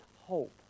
hope